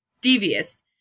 devious